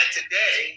today